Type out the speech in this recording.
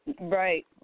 Right